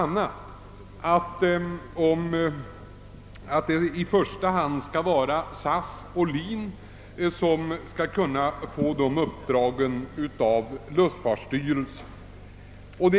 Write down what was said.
Utskottsmajoriteten säger bl.a. att SAS och LIN bör kunna få i uppdrag av luftfartsverket att ombesörja ramptjänsten.